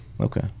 Okay